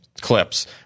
clips